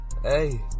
Hey